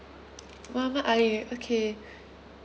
farmer ayer okay